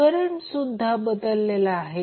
करंटसुद्धा बदलेला आहे